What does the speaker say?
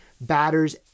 batters